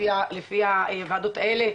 לפי הוועדות האלה,